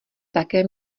také